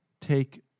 take